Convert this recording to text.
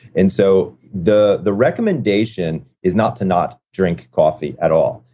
and so the the recommendation is not to not drink coffee at all,